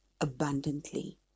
abundantly